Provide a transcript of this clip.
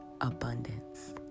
abundance